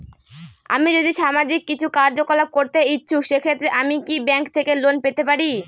আমি যদি সামাজিক কিছু কার্যকলাপ করতে ইচ্ছুক সেক্ষেত্রে আমি কি ব্যাংক থেকে লোন পেতে পারি?